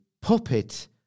puppet